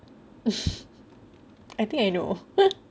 I think I know